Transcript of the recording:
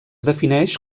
defineix